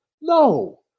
No